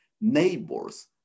neighbors